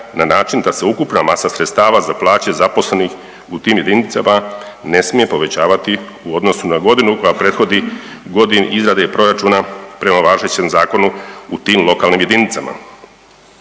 na način da se ukupna masa sredstava za plaće zaposlenih u tim jedinicama ne smije povećavati u odnosu na godinu koja prethodi godini izrade proračuna prema važećem zakonu u tim lokalnim jedinicama